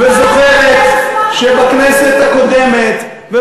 ואת זוכרת שבכנסת הקודמת, נכון.